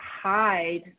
hide